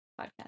podcast